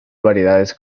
variedades